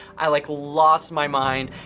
i like lost my mind.